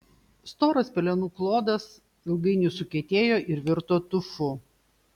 storas pelenų klodas ilgainiui sukietėjo ir virto tufu